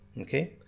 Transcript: okay